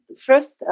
first